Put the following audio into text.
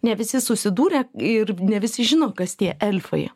ne visi susidūrę ir ne visi žino kas tie elfai